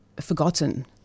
forgotten